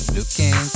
Looking